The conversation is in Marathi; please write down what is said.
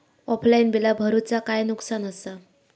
ऑफलाइन बिला भरूचा काय नुकसान आसा?